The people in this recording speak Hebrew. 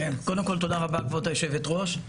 תודה רבה, כבוד היושבת-ראש.